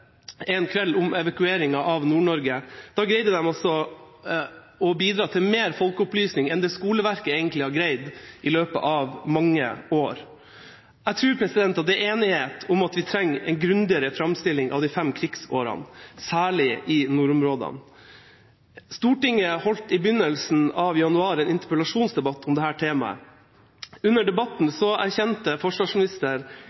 om evakueringa av Nord-Norge – å bidra til mer folkeopplysning enn det skoleverket egentlig har greid i løpet av mange år. Jeg tror det er enighet om at vi trenger en grundigere framstilling av de fem krigsåra, særlig i nordområdene. Stortinget holdt i begynnelsen av januar en interpellasjonsdebatt om dette temaet. Under debatten erkjente forsvarsminister